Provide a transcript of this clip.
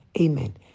Amen